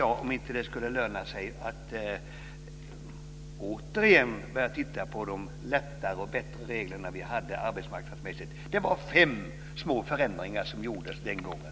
Jag undrar om det inte skulle löna sig att återigen titta på de lättare och bättre regler som vi hade arbetsmarknadsmässigt - det var fem små förändringar som gjordes den gången.